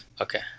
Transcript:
Okay